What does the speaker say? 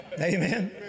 Amen